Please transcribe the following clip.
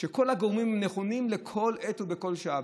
שכל הגורמים הם נכונים בכל עת ובכל שעה,